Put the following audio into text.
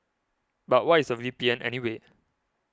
but what is a V P N anyway